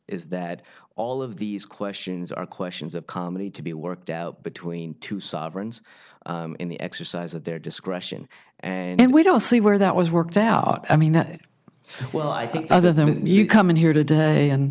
is that all of these questions are questions of comedy to be worked out between two sovereigns in the exercise of their discretion and we don't see where that was worked out i mean that well i think other than you come in here today and